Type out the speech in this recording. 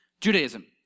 Judaism